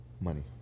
Money